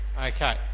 Okay